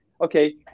Okay